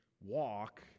walk